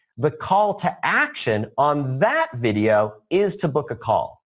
but call to action on that video is to book a call.